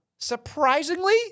Surprisingly